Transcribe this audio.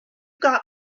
got